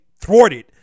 thwarted